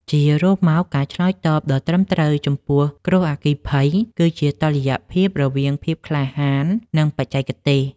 ជារួមមក ការឆ្លើយតបដ៏ត្រឹមត្រូវចំពោះគ្រោះអគ្គីភ័យ គឺជាតុល្យភាពរវាងភាពក្លាហាន និងបច្ចេកទេស។